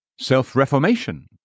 Self-reformation